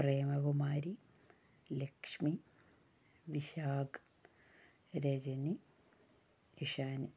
Premakumari Lakshmi Vishakh Rajani Ishan